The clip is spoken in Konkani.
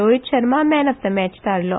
रोहीत Sharma man of the match थाल्लो